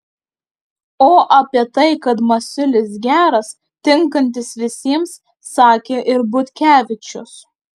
o apie tai kad masiulis geras tinkantis visiems sakė ir butkevičius